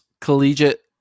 collegiate